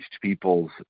peoples